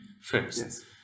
first